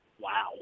Wow